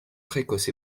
précoce